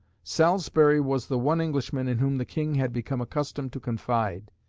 salisbury was the one englishman in whom the king had become accustomed to confide,